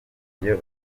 ivyo